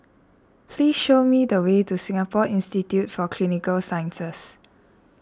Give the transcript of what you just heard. please show me the way to Singapore Institute for Clinical Sciences